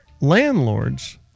landlords